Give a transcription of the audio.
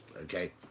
Okay